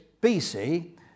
BC